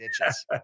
ditches